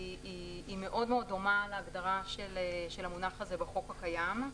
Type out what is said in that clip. היא מאוד מאוד דומה להגדרה של המונח הזה בחוק הקיים.